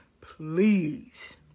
Please